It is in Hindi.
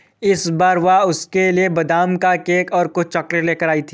इस बार वह उसके लिए बादाम का केक और कुछ चॉकलेट लेकर आई थी